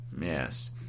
Yes